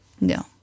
No